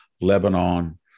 Lebanon